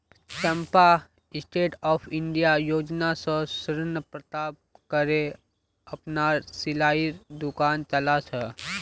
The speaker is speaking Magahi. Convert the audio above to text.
चंपा स्टैंडअप इंडिया योजना स ऋण प्राप्त करे अपनार सिलाईर दुकान चला छ